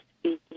speaking